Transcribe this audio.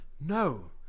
No